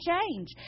change